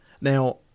Now